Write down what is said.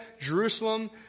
Jerusalem